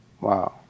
Wow